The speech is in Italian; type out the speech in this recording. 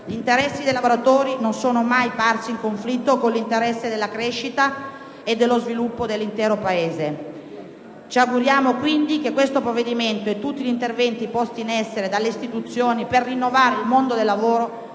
Gli interessi dei lavoratori non sono mai parsi in conflitto con l'interesse della crescita e dello sviluppo dell'intero Paese. Ci auguriamo, quindi, che questo provvedimento e tutti gli interventi posti in essere dalle istituzioni per rinnovare il mondo del lavoro